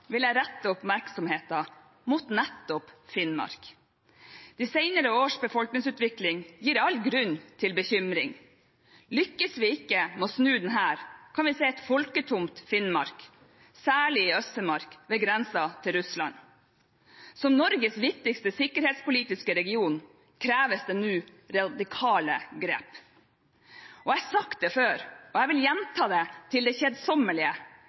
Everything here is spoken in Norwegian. De senere års befolkningsutvikling gir all grunn til bekymring. Lykkes vi ikke med å snu denne, kan vi se et folketomt Finnmark, særlig i Øst-Finnmark ved grensen til Russland. Som Norges viktigste sikkerhetspolitiske region kreves det nå radikale grep. Jeg har sagt det før og jeg vil gjenta det til det